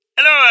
Hello